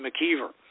McKeever